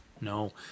no